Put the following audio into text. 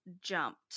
jumped